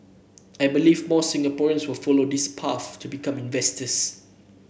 I believe more Singaporeans will follow this path to become inventors